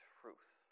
truth